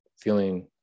feeling